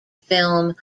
film